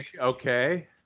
okay